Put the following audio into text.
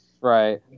Right